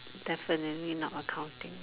definitely not accounting